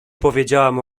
powiedziałam